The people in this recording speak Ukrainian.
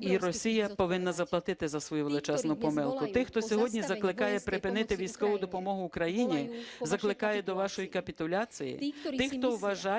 і Росія повинна заплатити за свою величезну помилку. Тих, хто сьогодні закликає припинити військову допомогу Україні, закликає до вашої капітуляції, тих, хто вважає,